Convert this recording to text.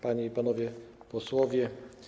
Panie i Panowie Posłowie!